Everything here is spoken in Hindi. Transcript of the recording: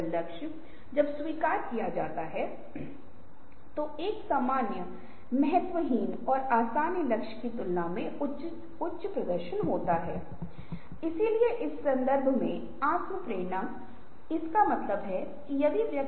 ताकि रचनात्मक विचार उत्पन्न किया जा सके क्योंकि समस्या किसी भी क्षेत्र की हो सकती है और समस्याएँ एक विभाग की नहीं है समस्या पूरे संगठन को प्रभावित कर रही है